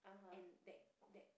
and that that